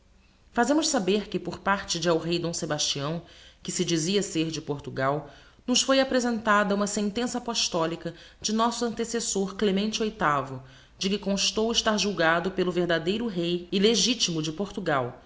fazemos saber que por parte de elrey d sebastião que se dizia ser de portugal nos foi apresentada uma sentença appostolica de nosso antecessor clemente outavo de que constou estar julgado pelo verdadeiro rey e legitimo de portugal